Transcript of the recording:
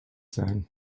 sein